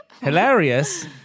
hilarious